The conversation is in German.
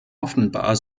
offenbar